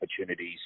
opportunities